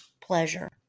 pleasure